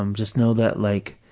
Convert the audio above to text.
um just know that like